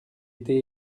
été